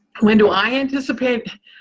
when do i anticipate?